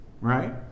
Right